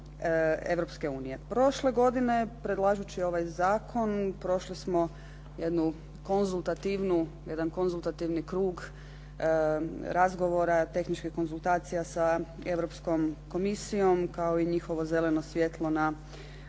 Europske unije. Prošle godine, predlažući ovaj zakon prošli smo jednu konzultativnu, jedan konzultativan krug razgovora, tehničkih konzultacija sa europskom komisijom kao i njihovo zeleno svjetlo na